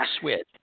switch